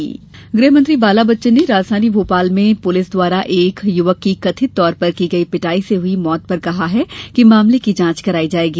बाला बच्चन गृह मंत्री बाला बच्चन ने राजधानी भोपाल में पुलिस द्वारा एक युवक की कथित तौर पर की गई पिटाई से हई मौत पर कहा कि मामले की जांच कराई जाएगी